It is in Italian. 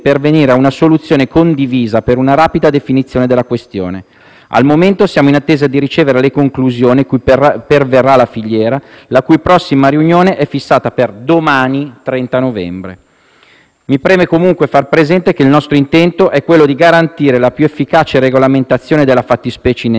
Al momento siamo in attesa di ricevere le conclusioni cui perverrà la filiera, la cui prossima riunione è fissata per domani, 30 novembre. Mi preme comunque far presente che il nostro intento è quello di garantire la più efficace regolamentazione della fattispecie in esame, con la collaborazione delle Regioni a cui è delegato il turismo, e anche